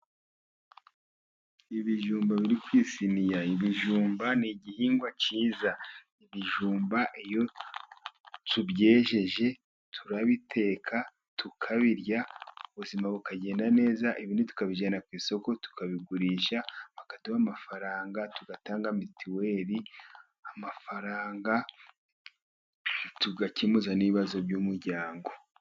Ibijumba biri ku isiniya. Ibijumba ni igihingwa cyiza, ibijumba iyo tubyejeje turabiteka tukabirya ubuzima bukagenda neza, ibindi tukabijyana ku isoko tukabigurisha, bakaduha amafaranga tugatanga mitiweli, amafaranga tugakemuza n'ibibazo by'umuryango.